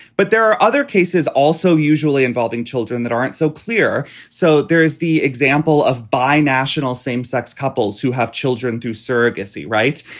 but there are other cases also usually involving children that aren't so clear. so there is the example of bi national same sex couples who have children through surrogacy. right.